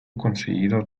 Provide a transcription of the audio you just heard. conseguido